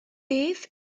beth